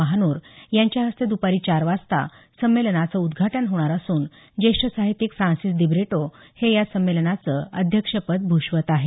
महानोर यांच्या हस्ते द्रपारी चार वाजता संमेलनाचं उदघाटन होणार असून ज्येष्ठ साहित्यिक फ्रान्सिस दिब्रिटो हे या संमेलनाचं अध्यक्षपद भूषवत आहेत